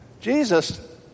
Jesus